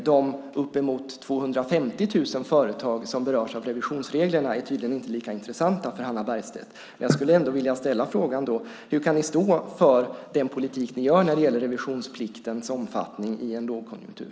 De uppemot 250 000 företag som berörs av revisionsreglerna är tydligen inte lika intressanta för Hannah Bergstedt. Jag skulle vilja ställa frågan: Hur kan ni stå för den politik när det gäller revisionspliktens omfattning i en lågkonjunktur?